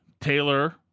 Taylor